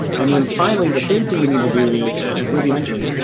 and then, finally, the third thing we need to do is, as libbie mentioned,